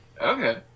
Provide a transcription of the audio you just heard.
Okay